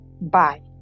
Bye